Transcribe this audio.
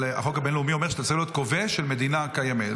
אבל החוק הבין-לאומי אומר שאתה צריך להיות כובש של מדינה קיימת,